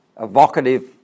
evocative